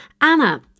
Anna